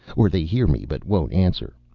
or they hear me, but won't answer.